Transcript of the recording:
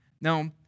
Now